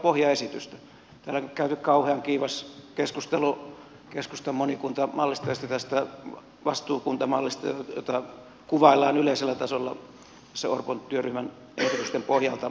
täällä on käyty kauhean kiivas keskustelu keskustan monikunta mallista ja sitten tästä vastuukunta mallista jota kuvaillaan yleisellä tasolla orpon työryhmän esitysten pohjalta